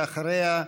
ואחריה,